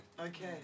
Okay